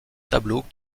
tableau